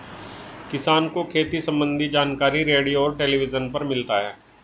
किसान को खेती सम्बन्धी जानकारी रेडियो और टेलीविज़न पर मिलता है